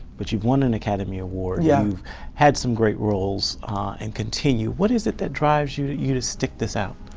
but you've won an academy award, and yeah you've had some great roles and continue. what is it that drives you to you to stick this out?